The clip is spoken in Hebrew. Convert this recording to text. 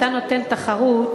כשאתה נותן תחרות,